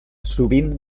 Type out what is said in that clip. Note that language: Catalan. sovint